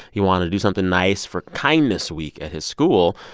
he wanted to do something nice for kindness week at his school.